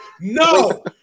no